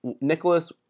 Nicholas